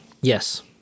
Yes